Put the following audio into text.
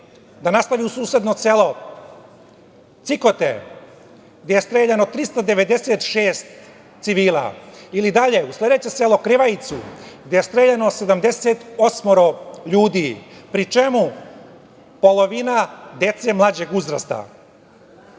da nastavi u susedno selo Cikote gde je streljano 396 civila, ili dalje u sledeće selo Krivajicu gde je streljano 78 ljudi, pri čemu polovina dece mlađeg uzrasta. Dakle,